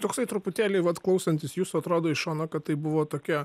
toksai truputėlį vat klausantis jūsų atrodo iš šono kad tai buvo tokia